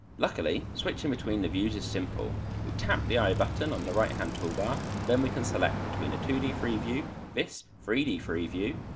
luckily, switching between the views is simple. we tap the eye button on the right hand toolbar. then we can select between a two d free view, this three d free view,